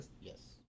Yes